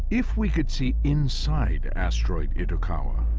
if we could see inside asteroid itokawa,